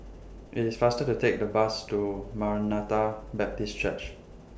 IT IS faster to Take The Bus to Maranatha Baptist Church